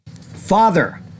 Father